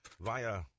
via